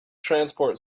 transport